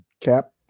cap